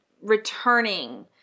returning